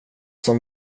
som